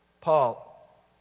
Paul